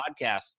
podcast